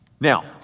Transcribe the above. Now